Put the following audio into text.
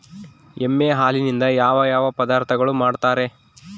ಎಮ್ಮೆ ಹಾಲಿನಿಂದ ಯಾವ ಯಾವ ಪದಾರ್ಥಗಳು ಮಾಡ್ತಾರೆ?